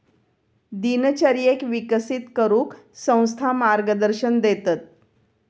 दिनचर्येक विकसित करूक संस्था मार्गदर्शन देतत